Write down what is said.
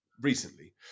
recently